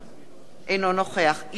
אינו נוכח יעקב כץ,